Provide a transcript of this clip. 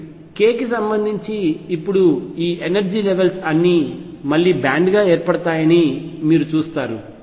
K కి సంబంధించి ఇప్పుడు ఈ ఎనర్జీ లెవెల్స్ అన్నీ మళ్లీ బ్యాండ్ గా ఏర్పడతాయని మీరు చూస్తారు